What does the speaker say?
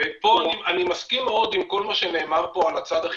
ופה אני מסכים מאוד עם כל מה שנאמר פה על הצד החינוכי,